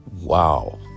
Wow